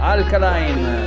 Alkaline